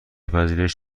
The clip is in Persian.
پذیرش